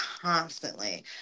constantly